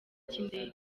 cy’indege